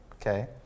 okay